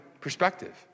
perspective